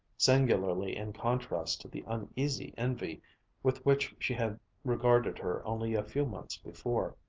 singularly in contrast to the uneasy envy with which she had regarded her only a few months before.